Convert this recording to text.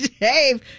Dave